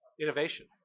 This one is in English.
innovation